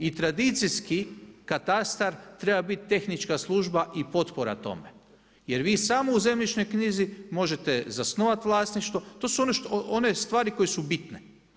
I tradicijski katastar treba biti tehnička služba i potpora tome, jer vi samo u zemljišnoj knjizi možete zasnovati vlasništvo, to su one stvari koje su bitne.